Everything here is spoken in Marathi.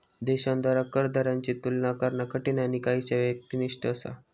देशांद्वारा कर दरांची तुलना करणा कठीण आणि काहीसा व्यक्तिनिष्ठ असा